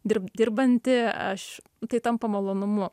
dirb dirbanti aš tai tampa malonumu